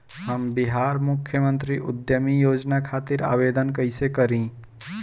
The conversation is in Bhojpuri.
हम बिहार मुख्यमंत्री उद्यमी योजना खातिर आवेदन कईसे करी?